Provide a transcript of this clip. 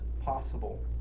possible